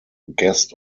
guest